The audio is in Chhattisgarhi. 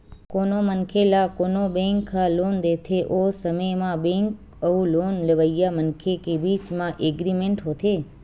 कोनो मनखे ल कोनो बेंक ह लोन देथे ओ समे म बेंक अउ लोन लेवइया मनखे के बीच म एग्रीमेंट होथे